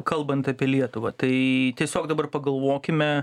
kalbant apie lietuvą tai tiesiog dabar pagalvokime